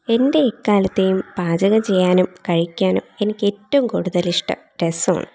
എൻ്റെ എക്കാലത്തെയും പാചകം ചെയ്യാനും കഴിക്കാനും എനിക്കേറ്റവും കൂടുതൽ ഇഷ്ടം രസമാണ്